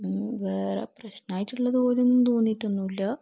വേറെ പ്രശ്നമായിട്ടുള്ളതു പോലെയൊന്നും തോന്നിയിട്ടൊന്നും ഇല്ല